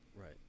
right